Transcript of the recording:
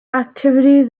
activity